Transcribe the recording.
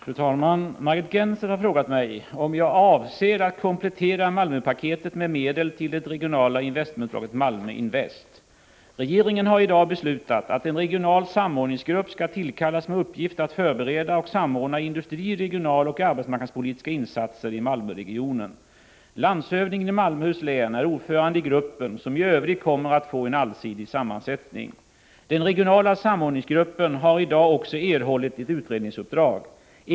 Fru talman! Margit Gennser har frågat mig om jag avser att komplettera Malmöpaketet med medel till det regionala investmentbolaget Malmöhus Invest. Regeringen har i dag beslutat att en regional samordningsgrupp skall tillkallas med uppgift att förbereda och samordna industri-, regionaloch arbetsmarknadspolitiska insatser i Malmöregionen. Landshövdingen i Malmöhus län är ordförande i gruppen, som i övrigt kommer att få en allsidig sammansättning. Den regionala samordningsgruppen har i dag också erhållit ett utredningsuppdrag.